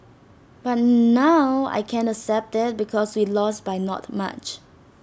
but now I can accept IT because we lost by not much